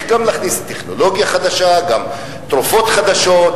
גם להכניס טכנולוגיה חדשה גם תרופות חדשות,